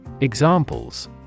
Examples